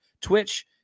Twitch